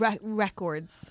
records